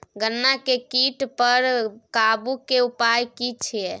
गन्ना के कीट पर काबू के उपाय की छिये?